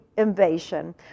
invasion